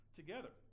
together